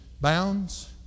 bounds